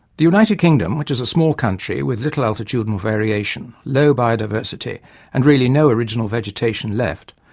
the united kingdom, which is a small country with little altitudinal variation, low biodiversity and really no original vegetation left,